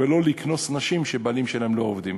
ולא לקנוס נשים שהבעלים שלהן לא עובדים.